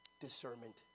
discernment